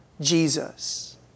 Jesus